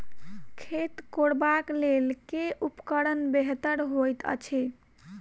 खेत कोरबाक लेल केँ उपकरण बेहतर होइत अछि?